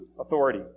authority